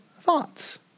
thoughts